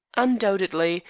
undoubtedly.